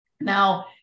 Now